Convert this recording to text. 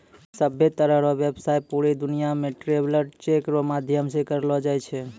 सभ्भे तरह रो व्यवसाय पूरे दुनियां मे ट्रैवलर चेक रो माध्यम से करलो जाय छै